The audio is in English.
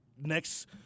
next